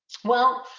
well,